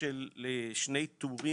שזה 24 שעות,